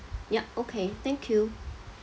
yup okay thank you